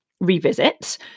revisit